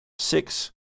Six